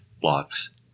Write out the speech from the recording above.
blocks